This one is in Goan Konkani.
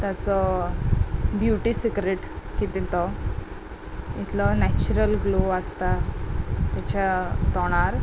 ताचो ब्युटी सिक्रेट कितें तो इतलो नॅचरल ग्लो आसता ताच्या तोणार